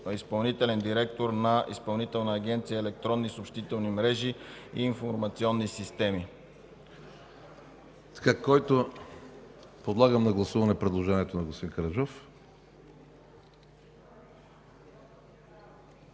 изпълнителен директор на Изпълнителна агенция „Електронни съобщителни мрежи и информационни системи”.